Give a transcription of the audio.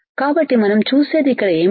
కాబట్టి మనం చూసేది ఇక్కడ ఏమిటి